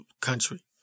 country